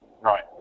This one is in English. Right